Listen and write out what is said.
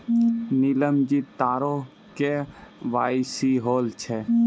नीलम जी तोरो के.वाई.सी होलो छौं?